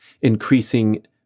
increasing